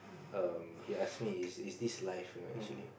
um he asked me is is this life fair actually